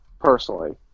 personally